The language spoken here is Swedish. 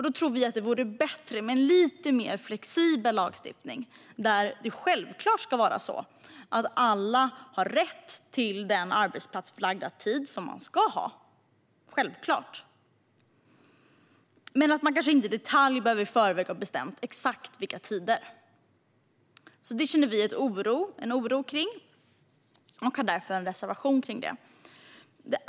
Vi tror att det vore bättre med en lite mer flexibel lagstiftning, där det självklart ska vara så att alla har rätt till den arbetsplatsförlagda tid som de ska ha men där man inte i förväg i detalj behöver ha bestämt exakt vilka tider det ska röra sig om. Vi känner en oro för detta och har därför en reservation om det.